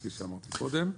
כפי שאמרנו קודם.